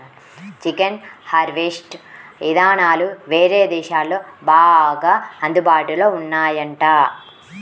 chicken harvest ఇదానాలు వేరే దేశాల్లో బాగా అందుబాటులో ఉన్నాయంట